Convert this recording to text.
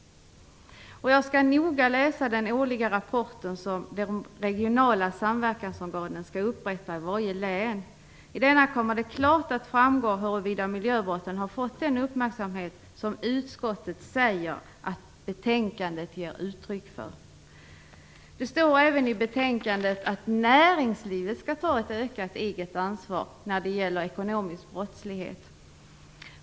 Jag skall noga läsa den årliga rapport som de regionala samverkansorganen skall upprätta i varje län. I dessa kommer det klart att framgå huruvida miljöbrotten har fått den uppmärksamhet som utskottet säger att betänkandet ger uttryck för. Det står även i betänkandet att näringslivet skall ta ett ökat eget ansvar när det gäller ekonomisk brottslighet.